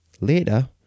Later